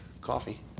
coffee